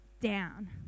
down